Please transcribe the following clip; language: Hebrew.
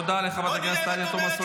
תגידי שהוא ארגון טרור.